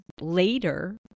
later